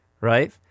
right